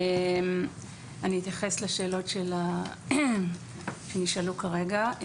אני אתייחס לשאלות שנשאלו כרגע.